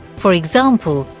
for example,